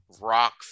rock